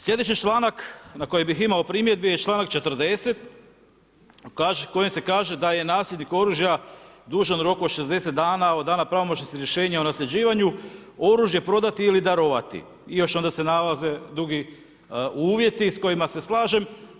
Sljedeći članak na koji bih imao primjedbi je članak 40. u kojem se kaže da je nasljednik oružja dužan u roku od 60 dana od dana pravomoćnosti rješenja o nasljeđivanju oružje prodati ili darovati i još onda se nalaze dugi uvjeti s kojima ses slažem.